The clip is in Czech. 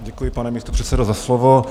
Děkuji, pane místopředsedo, za slovo.